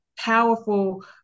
powerful